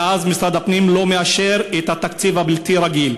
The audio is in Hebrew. ואז משרד הפנים לא מאשר את התקציב הבלתי-רגיל.